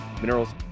minerals